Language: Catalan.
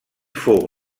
fou